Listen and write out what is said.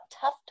tough